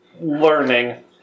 learning